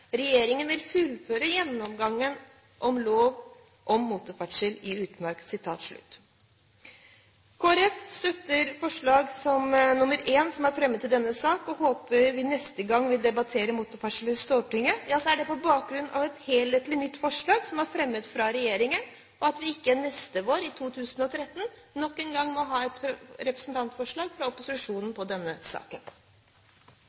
vil fullføre gjennomgangen av lov om motorferdsel i utmark.» Kristelig Folkeparti støtter forslag nr. 1 som er fremmet i denne saken, og håper at neste gang vi debatterer motorferdsel i Stortinget, er det på bakgrunn av et helhetlig nytt forslag som er fremmet av regjeringen, og at vi ikke neste vår – i 2013 – nok en gang må ha et representantforslag fra opposisjonen